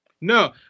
No